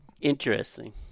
Interesting